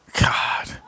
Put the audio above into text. God